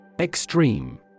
Extreme